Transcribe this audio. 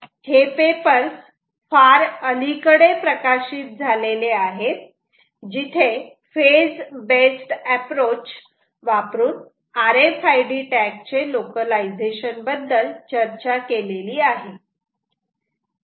हे पेपर्स फार अलीकडे प्रकाशित झालेले आहेत जिथे फेज बेस्ड अॅप्रोच वापरून R F I D tag चे लोकलायझेशन बद्दल चर्चा केलेली आहे